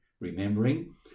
remembering